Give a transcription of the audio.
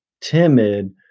timid